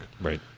Right